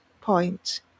point